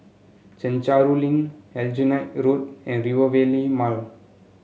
Chencharu Link Aljunied Road and Rivervale Mall